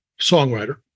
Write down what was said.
songwriter